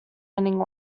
winning